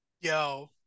Yo